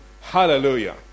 Hallelujah